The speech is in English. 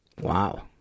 Wow